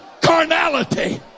carnality